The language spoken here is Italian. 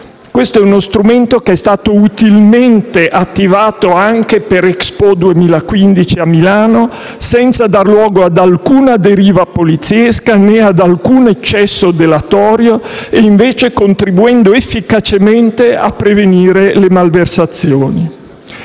Questo è uno strumento che è stato utilmente attivato anche per Expo 2015 a Milano, senza dar luogo ad alcuna deriva poliziesca né ad alcun eccesso delatorio, e invece contribuendo efficacemente a prevenire le malversazioni.